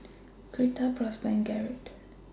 Girtha Prosper and Garrett